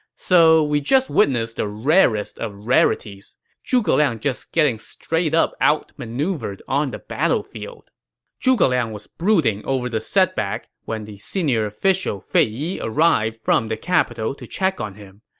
so we just witnessed the rarest of rarities zhuge liang just getting straight up out-maneuvered on the battlefield zhuge liang was brooding over the setback when the senior official fei yi arrived from the capital to check on him.